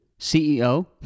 CEO